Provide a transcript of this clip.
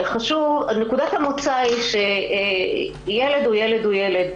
נקודת המוצא היא שילד הוא ילד הוא ילד.